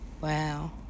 Wow